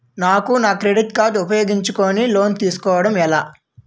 నాకు నా credit card ఉపయోగించుకుని లోన్ తిస్కోడం ఎలా?